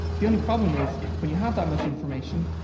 the only problem is, when you have that much information,